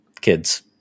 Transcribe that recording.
kids